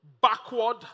backward